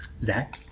Zach